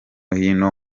hino